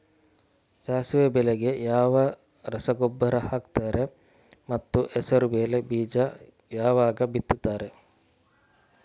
ಸಾಸಿವೆ ಬೆಳೆಗೆ ಯಾವ ರಸಗೊಬ್ಬರ ಹಾಕ್ತಾರೆ ಮತ್ತು ಹೆಸರುಬೇಳೆ ಬೀಜ ಯಾವಾಗ ಬಿತ್ತುತ್ತಾರೆ?